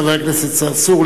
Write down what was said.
חבר הכנסת צרצור,